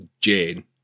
jane